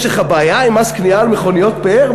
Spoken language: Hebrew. יש לך בעיה עם מס קנייה על מכוניות פאר?